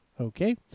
Okay